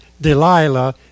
Delilah